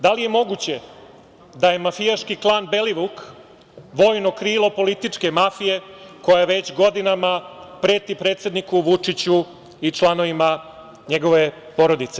Da li je moguće da je mafijaški klan „Belivuk“, vojno krilo kritičke mafije koja već godina preti predsedniku Vučiću i članovima njegove porodice?